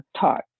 taught